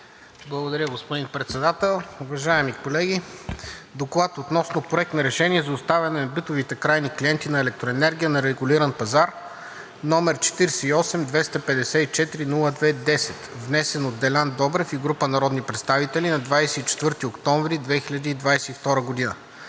Благодаря, господин Председател. Уважаеми колеги! „ДОКЛАД относно Проект на решение за оставане на битовите крайни клиенти на електроенергия на регулиран пазар, № 48-254-02-10, внесен от Делян Добрев и група народни представители на 24 октомври 2022 г.